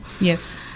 Yes